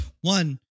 One